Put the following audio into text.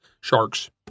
sharks